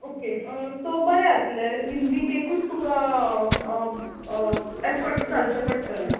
okay so बरें जातलें हिंदीक एकूत तुका एफर्टस घालचे पडटले